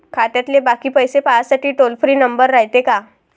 खात्यातले बाकी पैसे पाहासाठी टोल फ्री नंबर रायते का?